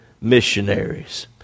missionaries